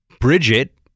Bridget